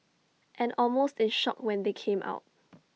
and almost in shock when they came out